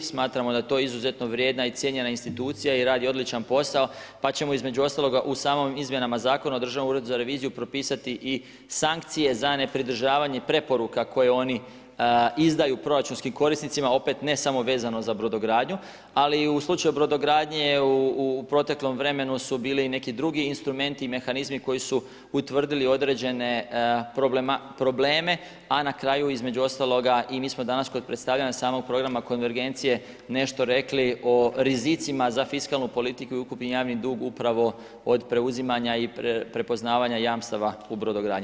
Smatramo da je to izuzetno vrijedna i cijenjena institucija i radi odličan posao pa ćemo, između ostaloga, u samim izmjenama Zakona o Državnom uredu za reviziju propisati i sankcije za nepridržavanje preporuka koje oni izdaju proračunskim korisnicima, opet ne samo vezano za brodogradnju, ali i u slučaju brodogradnje u proteklom vremenu su bili i neki drugi instrumenti i mehanizmi koji su utvrdili određene probleme, a na kraju, između ostaloga i mi smo danas kod predstavljanja samog programa konvergencije nešto rekli o rizicima za fiskalnu politiku i ukupni javni dug upravo od preuzimanja i prepoznavanja jamstava u brodogradnju.